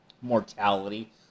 mortality